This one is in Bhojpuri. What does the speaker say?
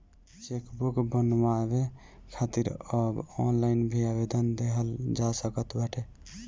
चेकबुक बनवावे खातिर अब ऑनलाइन भी आवेदन देहल जा सकत बाटे